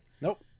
Nope